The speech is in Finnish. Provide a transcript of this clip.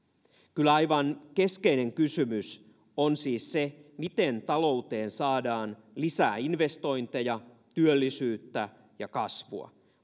kyllä aivan keskeinen kysymys on siis se miten talouteen saadaan lisää investointeja työllisyyttä ja kasvua